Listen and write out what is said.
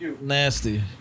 Nasty